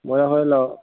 মই